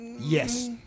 Yes